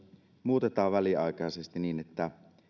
muutetaan väliaikaisesti niin että